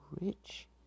rich